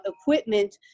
equipment